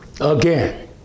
Again